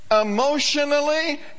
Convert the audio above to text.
emotionally